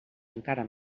encara